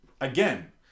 again